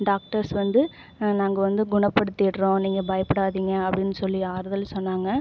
doctors வந்து நாங்கள் வந்து குணப்படுத்திடுறோம் நீங்கள் பயப்படாதீங்க அப்படின்னு சொல்லி ஆறுதல் சொன்னாங்க